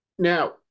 Now